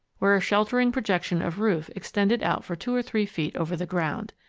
where a sheltering projection of roof extended out for two or three feet over the ground.